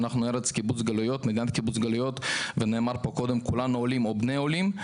שאנחנו ארץ של קיבוץ גלויות וכולנו עולים או בני עולים,